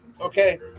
Okay